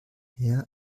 herr